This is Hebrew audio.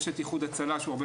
יש איחוד הצלה שעושה את זה הרבה